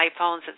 iPhones